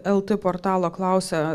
lt portalo klausia